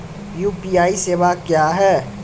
UPI सेवा क्या हैं?